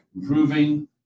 improving